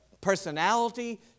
personality